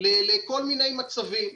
לכל מיני מצבים.